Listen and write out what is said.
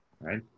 right